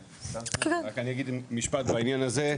אני אגיד משפט בעניין הזה.